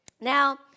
Now